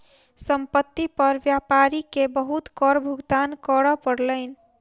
संपत्ति पर व्यापारी के बहुत कर भुगतान करअ पड़लैन